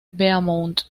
beaumont